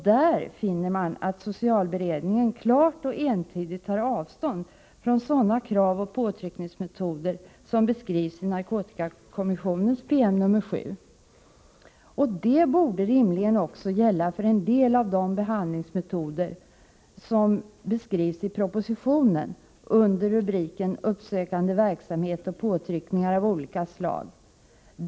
Där finner man att socialberedningen klart och entydigt tar avstånd från sådana krav och påtryckningsmetoder som beskrivs i narkotikakommissionens PM nr 7. Det borde rimligen också gälla för en del av de behandlingsmetoder som beskrivs i propositionen under rubriken Uppsökande verksamhet och påtryckningar av olika slag.